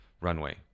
runway